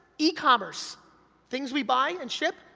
yeah e-commerce, things we buy and ship,